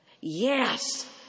Yes